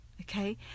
okay